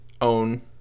own